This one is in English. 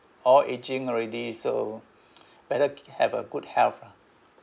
all aging already so better can have a good health lah